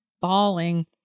bawling